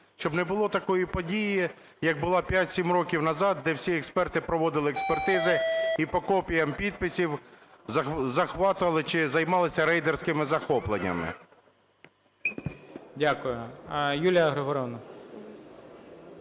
щоб не було такої події, як була 5-7 років назад, де всі експерти проводили експертизи і по копіям підписів захватували чи займалися рейдерськими захопленнями.